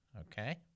Okay